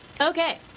okay